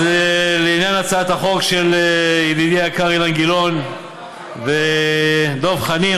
אז לעניין הצעת החוק של ידידי היקר אילן גילאון ודב חנין,